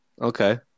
Okay